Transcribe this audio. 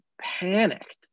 panicked